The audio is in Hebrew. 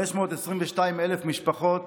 522,000 משפחות